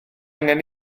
angen